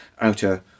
outer